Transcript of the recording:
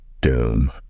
doom